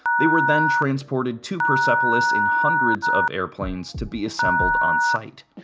they were then transported to perspolis in hundreds of airplanes to be assembled on site.